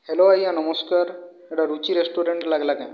hello ଆଜ୍ଞା ନମସ୍କାର୍ ଏହିଟା ରୁଚି ରେଷ୍ଟୁରାଣ୍ଟ ଲାଗ ଲା କେଁ